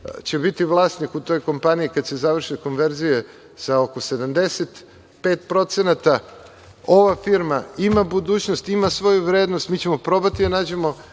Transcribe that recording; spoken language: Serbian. će biti vlasnik u toj kompaniji, kada se završe konverzije sa oko 75%. Ova firma ima budućnost, ima svoju vrednost. Mi ćemo pokušati da nađemo